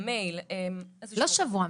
במייל -- לא שבוע,